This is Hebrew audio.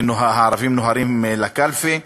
ש"הערבים נוהרים לקלפי".